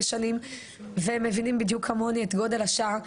שנים והם מבינים בדיוק כמוני את גודל השעה.